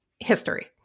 history